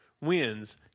wins